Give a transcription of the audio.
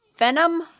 Phenom